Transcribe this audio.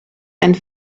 and